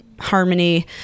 Harmony